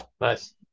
Nice